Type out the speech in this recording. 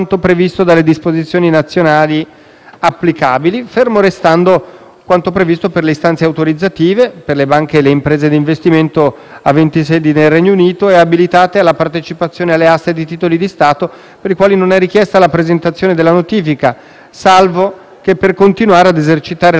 applicabili, fermo restando quanto previsto per le istanze autorizzative per le banche e le imprese di investimento aventi sede nel Regno Unito e abilitate alla partecipazione alle aste di titoli di Stato, per i quali non è richiesta la presentazione della notifica, salvo che per continuare ad esercitare l'attività di raccolta del risparmio.